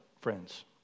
Friends